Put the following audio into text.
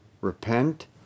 Repent